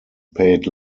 paid